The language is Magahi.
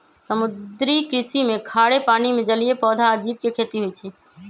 समुद्री कृषि में खारे पानी में जलीय पौधा आ जीव के खेती होई छई